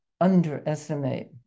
underestimate